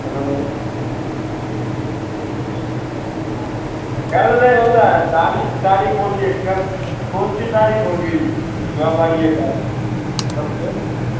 hello कल नही होता है तारीख तारीख बोलिए कल कौन सी तारीख होगी जो आप आइएगा कल से